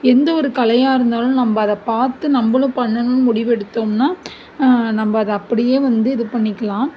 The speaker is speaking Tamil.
எந்த ஒரு கலையாக இருந்தாலும் நம்ம அதை பார்த்து நம்மளும் பண்ணணும்னு முடிவு எடுத்தோம்னால் நம்ம அதை அப்படியே வந்து இது பண்ணிக்கலாம்